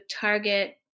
target